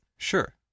Sure